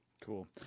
Cool